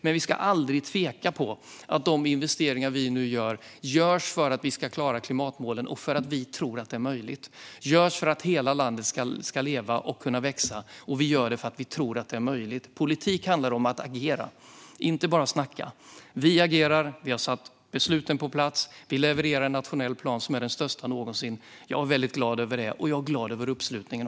Men vi ska aldrig tveka i fråga om att de investeringar vi nu gör görs för att vi ska klara klimatmålen och för att vi tror att detta är möjligt. De görs för att hela landet ska leva och kunna växa, och vi gör detta för att vi tror att det är möjligt. Politik handlar om att agera - inte bara snacka. Vi agerar. Vi har satt besluten på plats. Vi levererar en nationell plan som är den största någonsin. Jag är väldigt glad över det, och jag är också glad över uppslutningen.